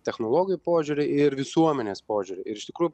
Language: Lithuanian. technologijų požiūrį ir visuomenės požiūrį ir iš tikrųjų